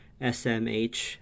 SMH